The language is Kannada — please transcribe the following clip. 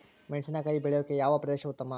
ಮೆಣಸಿನಕಾಯಿ ಬೆಳೆಯೊಕೆ ಯಾವ ಪ್ರದೇಶ ಉತ್ತಮ?